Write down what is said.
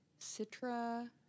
Citra